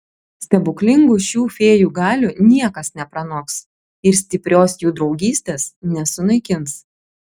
stebuklingų šių fėjų galių niekas nepranoks ir stiprios jų draugystės nesunaikins